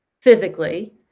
physically